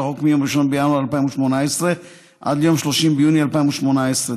החוק מיום 1 בינואר 2018 עד ליום 30 ביוני 2018,